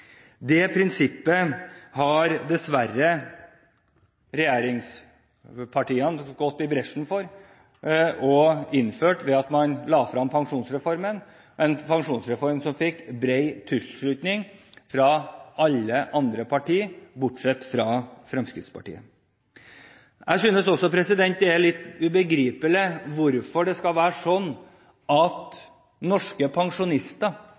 Det prinsippet har dessverre regjeringspartiene gått i bresjen for å innføre ved at man la frem pensjonsreformen, en pensjonsreform som fikk bred tilslutning fra alle partier, bortsett fra Fremskrittspartiet. Jeg synes også det er litt ubegripelig at det skal være slik at norske pensjonister